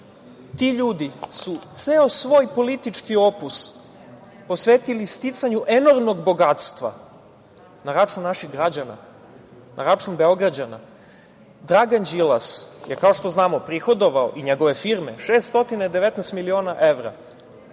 ti ljudi su ceo svoj politički opus posvetili sticanju enormnog bogatstva na računa naših građana, na račun Beograđana. Dragan Đilas je kao što znamo prihodovao i njegove firme 619 miliona